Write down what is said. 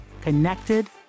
connected